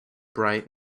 bright